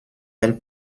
elle